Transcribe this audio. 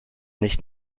nicht